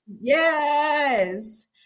Yes